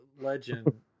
legend